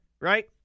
right